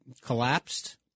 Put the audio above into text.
collapsed